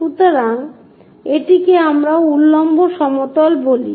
সুতরাং এটিকে আমরা উল্লম্ব সমতল বলি